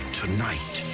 tonight